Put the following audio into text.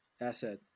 asset